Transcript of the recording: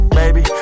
baby